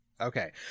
Okay